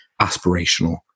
aspirational